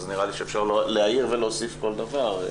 אז נראה לי שאפשר להעיר ולהוסיף כל דבר.